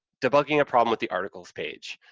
debugging a problem with the articles page.